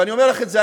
ואני אומר לך את זה,